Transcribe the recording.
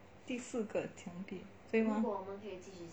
第四个墙壁对吗